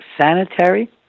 sanitary